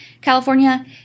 California